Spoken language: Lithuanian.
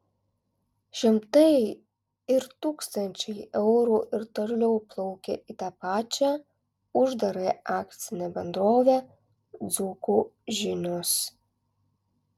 šimtai ir tūkstančiai eurų ir toliau plaukia į tą pačią uždarąją akcinę bendrovę dzūkų žinios